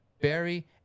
Barry